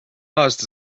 aasta